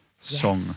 song